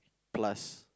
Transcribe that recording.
plus